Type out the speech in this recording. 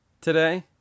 today